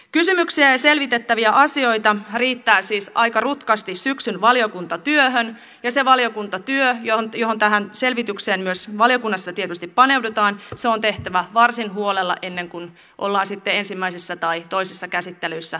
kysymyksiä ja selvitettäviä asioita riittää siis aika rutkasti syksyn valiokuntatyöhön ja se valiokuntatyö jossa myös tähän selvitykseen tietysti paneudutaan on tehtävä varsin huolella ennen kuin ollaan sitten ensimmäisessä tai toisessa käsittelyssä tässä salityössä